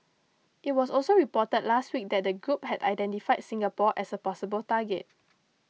it was also reported last week that the group had identified Singapore as a possible target